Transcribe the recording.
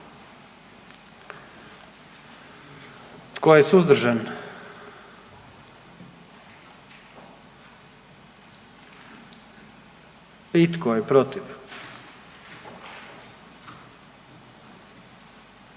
Tko je suzdržan? I tko je protiv?